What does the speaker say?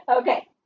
Okay